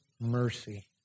mercy